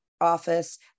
office